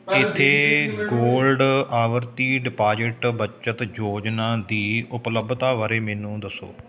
ਠੀਕ ਹੈ ਇੱਥੇ ਗੋਲਡ ਆਵਰਤੀ ਡਿਪਾਜ਼ਿਟ ਬੱਚਤ ਯੋਜਨਾ ਦੀ ਉਪਲੱਬਧਤਾ ਬਾਰੇ ਮੈਨੂੰ ਦੱਸੋ